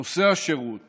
נושא השירות